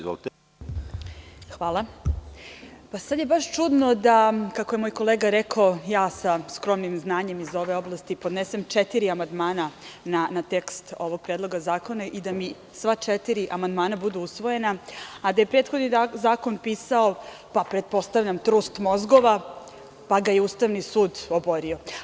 Sada je baš čudno, kako je moj kolega rekao, ja sa skromnim znanjem iz ove oblasti, podnesem četiri amandmana na tekst ovog predloga zakona i da mi sva četiri amandmana budu usvojena, a da je prethodni zakon pisao, pretpostavljam, trust mozgova, pa ga je Ustavni sud oborio.